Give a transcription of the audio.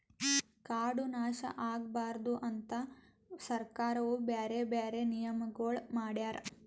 ಕಾಡು ನಾಶ ಆಗಬಾರದು ಅಂತ್ ಸರ್ಕಾರವು ಬ್ಯಾರೆ ಬ್ಯಾರೆ ನಿಯಮಗೊಳ್ ಮಾಡ್ಯಾರ್